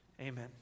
Amen